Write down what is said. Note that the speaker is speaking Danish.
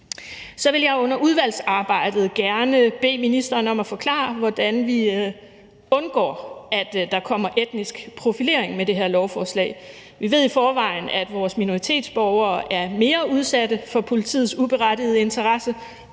Så vil jeg under udvalgsarbejdet gerne bede ministeren om at forklare, hvordan vi undgår, at der kommer etnisk profilering med det her lovforslag. Vi ved i forvejen, at vores minoritetsborgere er mere udsatte for politiets uberettigede interesse,